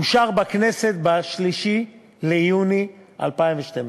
התקבל בכנסת ב-3 ביוני 2012,